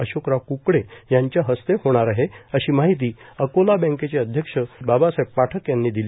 अशोकराव क्कडे यांच्या हस्ते होणार आहे अशी माहिती अकोला बँकेचे अध्यक्ष बाबासाहेब पाठक यांनी दिली